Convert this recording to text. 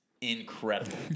incredible